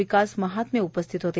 विकास महात्मे उपस्थित होते